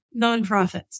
nonprofits